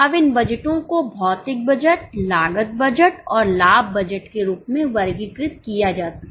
अब इन बजटों को भौतिक बजट लागत बजट और लाभ बजट के रूप में वर्गीकृत किया जा सकता है